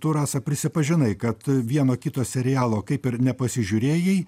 tu rasa prisipažinai kad vieno kito serialo kaip ir nepasižiūrėjai